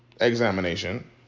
examination